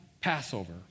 Passover